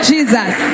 Jesus